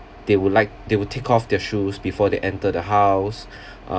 they will like they will take off their shoes before they enter the house